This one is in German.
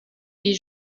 die